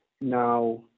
Now